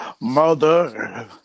Mother